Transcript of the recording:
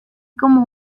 como